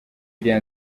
iriya